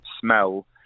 smell